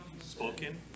Spoken